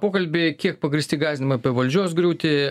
pokalbį kiek pagrįsti gąsdinimai apie valdžios griūtį